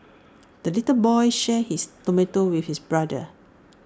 the little boy shared his tomato with his brother